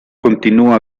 continúa